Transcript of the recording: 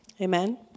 Amen